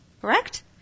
Correct